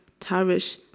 Tarish